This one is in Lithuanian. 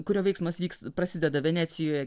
kurio veiksmas vyks prasideda venecijoj